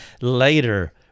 later